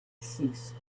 ceased